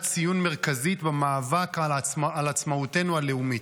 ציון מרכזית במאבק על עצמאותנו הלאומית.